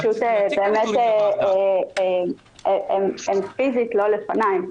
פשוט באמת הם פיזית לא לפניי,